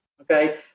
okay